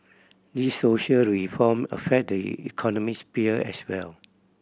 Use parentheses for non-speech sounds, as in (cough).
these social reform affect the (unintelligible) economic sphere as well